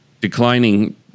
declining